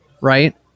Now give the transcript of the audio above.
right